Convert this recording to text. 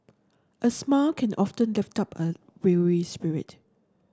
a smile can often lift up a weary spirit